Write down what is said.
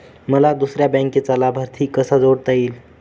मला दुसऱ्या बँकेचा लाभार्थी कसा जोडता येईल?